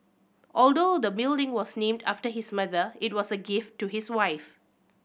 although the building was named after his mother it was a gift to his wife